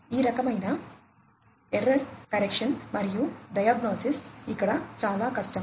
ఈ రకమైన error correction మరియు దియాగ్నోసిస్ ఇక్కడ చాలా కష్టం